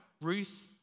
Ruth